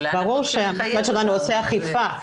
ברור שהמשרד שלנו עושה אכיפה,